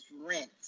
rent